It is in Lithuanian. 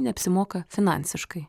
neapsimoka finansiškai